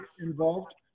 involved